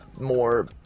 more